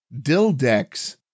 Dildex